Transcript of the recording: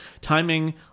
Timing